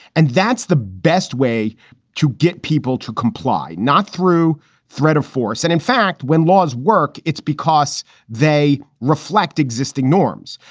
and that's the best way to get people to comply, not through threat of force. and in fact, when laws work, it's because they reflect existing norms.